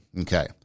Okay